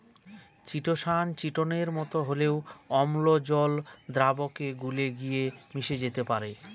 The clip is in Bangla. চিটোসান চিটোনের মতো হলেও অম্ল জল দ্রাবকে গুলে গিয়ে মিশে যেতে পারে